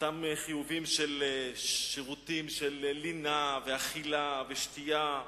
אותם חיובים של שירותים של לינה ואכילה ושתייה,